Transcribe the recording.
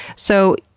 so,